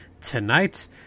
tonight